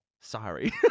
Sorry